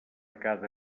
cada